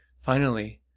finally,